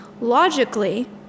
logically